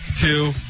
two